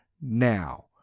now